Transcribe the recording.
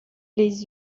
les